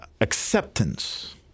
acceptance